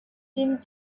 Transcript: seemed